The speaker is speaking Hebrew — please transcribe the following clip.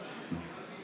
חברות וחברי הכנסת,